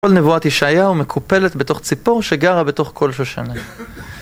כל נבואת ישעיהו מקופלת בתוך ציפור שגרה בתוך כל שושנה.